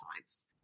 times